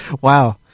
Wow